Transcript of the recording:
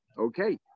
Okay